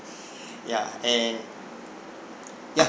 ya and ya